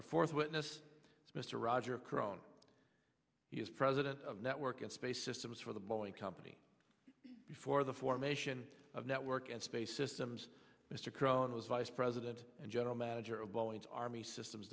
our fourth witness mr roger crone is president of network and space systems for the boeing company before the formation of network and space systems mr crone was vice president and general manager of boeing's army systems